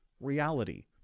reality